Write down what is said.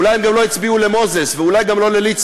אולי הם גם לא הצביעו למוזס ואולי גם לא לליצמן.